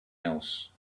else